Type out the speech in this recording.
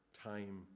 time